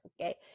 Okay